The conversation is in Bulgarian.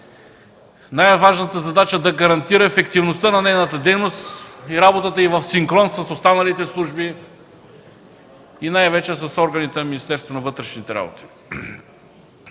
Най-важната задача – да гарантира ефективността на нейната дейност и работата й в синхрон с останалите служби, най-вече с органите на